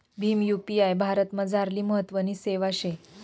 Bhim UPI भारतमझारली महत्वनी सेवा शे